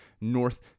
North